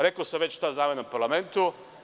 Rekao sam već šta zameram parlamentu.